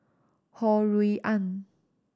Ho Rui An